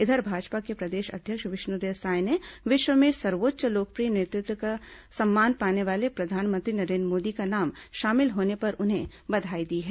इधर भाजपा के प्रदेश अध्यक्ष विष्णुदेव साय ने विश्व में सर्वोच्च लोकप्रिय नेतृत्व का सम्मान पाने वालों में प्रधानमंत्री नरेन्द्र मोदी का नाम शामिल होने पर उन्हें बधाई दी है